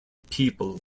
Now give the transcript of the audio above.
people